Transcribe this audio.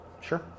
Sure